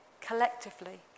collectively